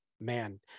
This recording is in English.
man